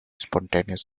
spontaneous